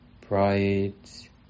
bright